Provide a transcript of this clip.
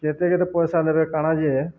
କେତେ କେତେ ପଇସା ନେବେ କାଣା ଯେ